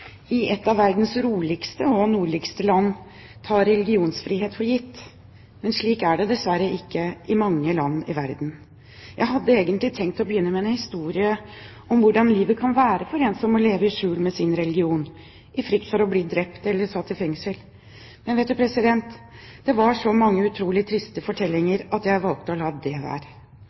i et av verdens roligste og nordligste land tar religionsfrihet for gitt. Men slik er det dessverre ikke i mange land i verden. Jeg hadde egentlig tenkt å begynne med en historie om hvordan livet kan være for en som må leve i skjul med sin religion, i frykt for å bli drept eller satt i fengsel. Men det var så mange utrolig triste fortellinger at jeg valgte å la det være.